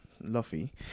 Luffy